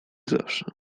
zawsze